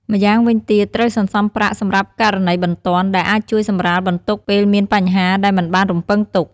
ម្យ៉ាងវិញទៀត ត្រូវសន្សំប្រាក់សម្រាប់ករណីបន្ទាន់ ដែលអាចជួយសម្រាលបន្ទុកពេលមានបញ្ហាដែលមិនបានរំពឹងទុក។